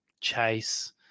chase